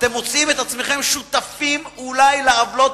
אתם מוצאים עצמכם שותפים אולי לעוולות